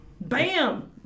Bam